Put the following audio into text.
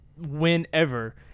Whenever